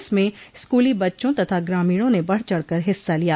इसमें स्कूली बच्चों तथा ग्रामीणों ने बढ़ चढ़कर हिस्सा लिया